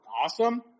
awesome